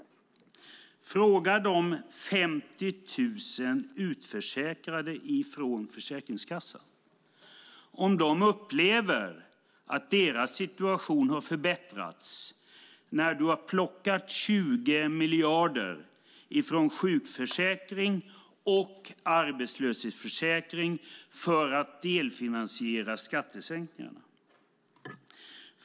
Fråga de 50 000 utförsäkrade från Försäkringskassan om de upplever att deras situation har förbättrats när du har plockat 20 miljarder från sjukförsäkring och arbetslöshetsförsäkring för att delfinansiera skattesänkningarna.